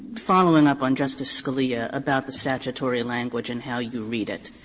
following up on justice scalia about the statutory language and how you read it,